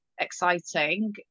exciting